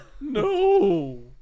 no